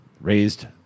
raised